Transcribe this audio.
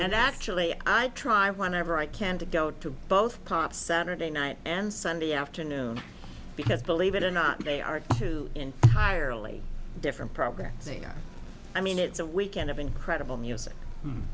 and actually i try i want ever i can to go to both parts saturday night and sunday afternoon because believe it or not they are two entirely different programs they are i mean it's a weekend of incredible music